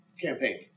campaign